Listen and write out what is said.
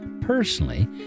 personally